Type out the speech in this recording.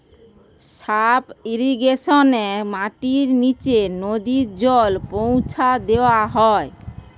sub ইর্রিগেশনে মাটির নিচে নদী জল পৌঁছা দেওয়া হয়